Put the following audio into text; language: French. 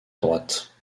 droite